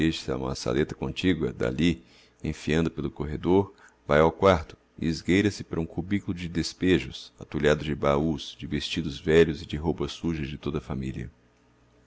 a uma saleta contigua d'alli enfiando pelo corredor vae ao quarto e esgueira se para um cubiculo de despejos atulhado de bahús de vestidos velhos e de roupa suja de toda a familia